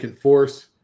force